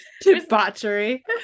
debauchery